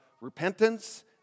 repentance